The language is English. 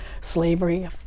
slavery